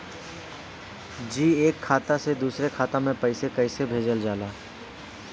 जी एक खाता से दूसर खाता में पैसा कइसे भेजल जाला?